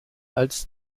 als